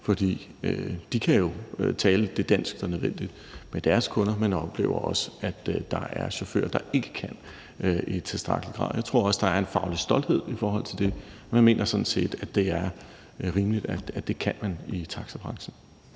for de kan jo selv tale det dansk, der er nødvendigt, med deres kunder, men oplever også, at der er chauffører, der ikke kan i tilstrækkelig grad. Jeg tror også, at der er en faglig stolthed i forhold til det. Man mener sådan set i taxabranchen, at det er rimeligt, at man kan